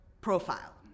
profile